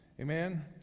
Amen